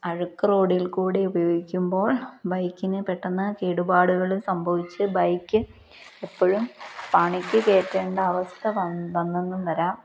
അഴുക്ക് റോഡിൽ കൂടെ ഉപയോഗിക്കുമ്പോൾ ബൈക്കിന് പെട്ടെന്ന് കേടുപാടുകൾ സംഭവിച്ച് ബൈക്ക് എപ്പോഴും പണിക്ക് കയറ്റേണ്ട അവസ്ഥ വന്നെന്നും വരാം